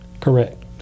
Correct